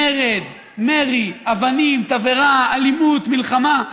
מרד, מרי, אבנים, תבערה, אלימות, מלחמה.